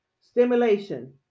stimulation